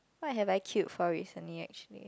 what have I queued for recently actually